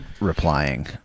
replying